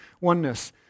oneness